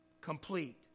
complete